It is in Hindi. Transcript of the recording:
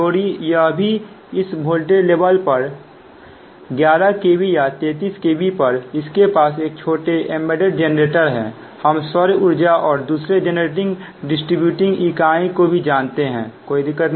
थोड़ी यहां भी इस विभव स्तर पर 11kv या 33kv पर इसके पास एक छोटे एंबेडेड जनरेटर है हम सौर ऊर्जा और दूसरे जेनरेटिंग डिसटीब्यूटिंग इकाई को भी जानते हैं कोई दिक्कत नहीं